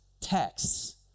texts